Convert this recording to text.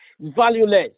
valueless